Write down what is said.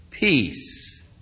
Peace